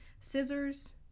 scissors